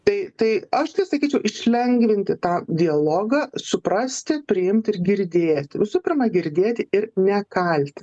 tai tai aš tai sakyčiau išlengvinti tą dialogą suprasti priimti ir girdėti visų pirma girdėti ir nekalti